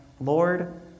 Lord